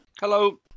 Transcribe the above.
Hello